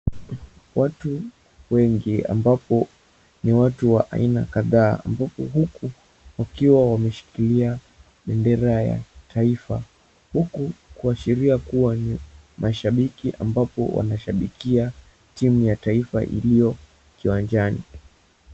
Watu wengi ambapo ni watu wa aina kadhaa ambapo huku wakiwa wameshikilia bendera ya taifa huku kuashiria kuwa ni mashabiki ambapo wanashabikia timu ya taifa iliyo kiwanjani.